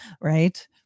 right